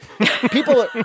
People